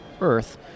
Earth